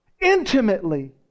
Intimately